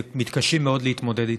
מתקשים מאוד להתמודד איתה.